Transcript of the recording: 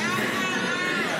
אל תדאג.